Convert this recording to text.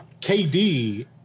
KD